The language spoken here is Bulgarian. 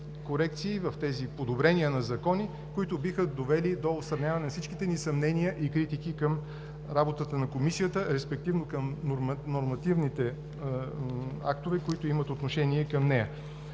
в тези подобрения на закони, които биха довели до отстраняване на всичките ни съмнения и критики към работата на Комисията, респективно към нормативните актове, които имат отношение към нея.